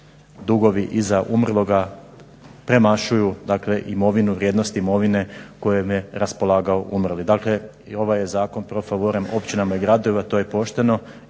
dugovi iza umrloga premašuju imovinu vrijednosti imovine kojima je raspolagao umrli. Dakle i ovaj je zakon pro favorum općinama i gradovima a to je pošteno